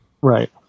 right